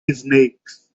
snakes